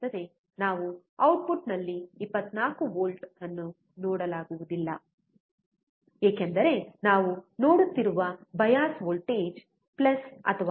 ನಾವು ಔಟ್ಪುಟ್ನಲ್ಲಿ 24 ವಿ ಅನ್ನು ನೋಡಲಾಗುವುದಿಲ್ಲ ಏಕೆಂದರೆ ನಾವು ನೀಡುತ್ತಿರುವ ಬಯಾಸ್ ವೋಲ್ಟೇಜ್ 15